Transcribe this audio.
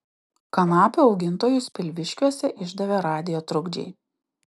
kanapių augintojus pilviškiuose išdavė radijo trukdžiai